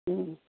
ம்